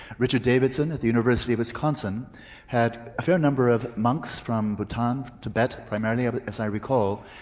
richard davidson at the university of wisconsin had a fair number of monks from butan, tibet primarily but as i recall,